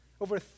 Over